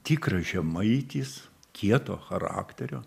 tikras žemaitis kieto charakterio